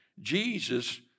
Jesus